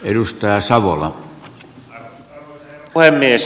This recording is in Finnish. arvoisa herra puhemies